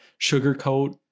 sugarcoat